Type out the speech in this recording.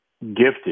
gifted